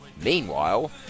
Meanwhile